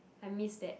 I miss that